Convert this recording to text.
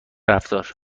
رفتار